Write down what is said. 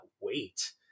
wait